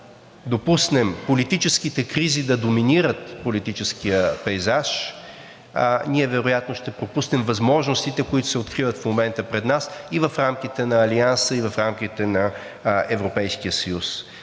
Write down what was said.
допуснем политическите кризи да доминират политическия пейзаж, ние вероятно ще пропуснем възможностите, които се откриват в момента пред нас и в рамките на Алианса, и в рамките на Европейския съюз.